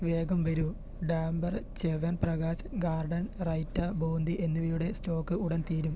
വേഗം വരൂ ഡാബർ ച്യവൻപ്രകാശ് ഗാർഡൻ റൈറ്റ ബൂന്തി എന്നിവയുടെ സ്റ്റോക് ഉടൻ തീരും